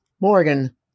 Morgan